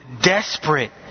desperate